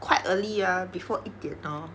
quite early ah before 一点 lor